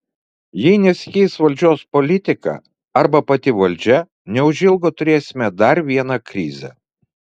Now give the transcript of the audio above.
jei nesikeis valdžios politika arba pati valdžia neužilgo turėsime dar vieną krizę